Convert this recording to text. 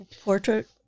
Portrait